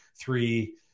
three